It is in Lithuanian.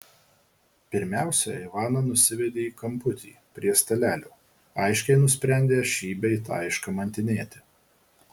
pirmiausia ivaną nusivedė į kamputį prie stalelio aiškiai nusprendę šį bei tą iškamantinėti